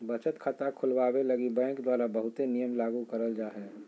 बचत खाता खुलवावे लगी बैंक द्वारा बहुते नियम लागू करल जा हय